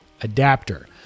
Adapter